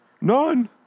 none